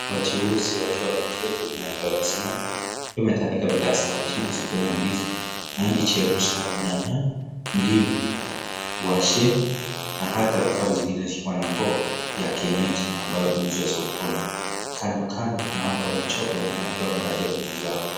Wachuuzi wakiwa wameketi wengine wakiwa wamesimama wakiwa wametandika bidhaa zao chini zikiwemo ndizi, mahindi chemsha, nyanya, ndimu,(cs)ngwashe(cs) na hata vikapu zingine zikiwa na mboga ya kienyeji ambayo huuzwa sokoni, kandokando kuna watu wamechoka wengine wakiwa wamelalia vitu zao.